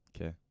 okay